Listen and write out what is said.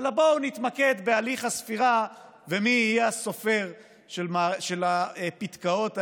אלא בואו נתמקד בהליך הספירה ומי יהיה הסופר של הפתקאות האלה,